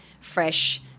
fresh